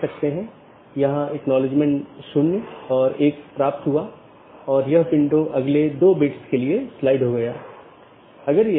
संचार में BGP और IGP का role BGP border gateway protocol और IGP इंटरनेट गेटवे प्रोटोकॉल